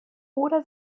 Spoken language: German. oder